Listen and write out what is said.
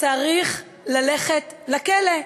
ללכת לכלא.